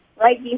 right